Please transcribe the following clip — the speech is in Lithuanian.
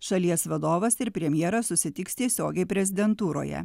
šalies vadovas ir premjeras susitiks tiesiogiai prezidentūroje